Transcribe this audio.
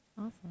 Awesome